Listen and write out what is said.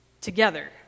together